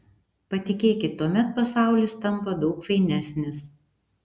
patikėkit tuomet pasaulis tampa daug fainesnis